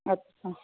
अच्छा